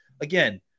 again